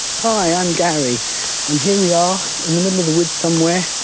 hi, i'm gary, and here we are in the middle of the woods somewhere,